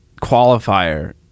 qualifier